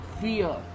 fear